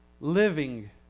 living